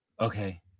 Okay